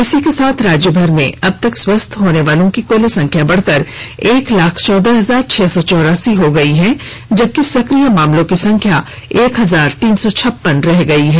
इसी के साथ राज्यभर में अब तक स्वस्थ होनेवालों की क्ल संख्या बढ़कर एक लाख चौदह हजार छह सौ चौरासी पहंच गई है जबकि सक्रिय मामलों की संख्या एक हजार तीन सौ छप्पन रह गई है